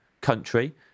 country